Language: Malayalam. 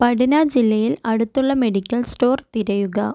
പട്ന ജില്ലയിൽ അടുത്തുള്ള മെഡിക്കൽ സ്റ്റോർ തിരയുക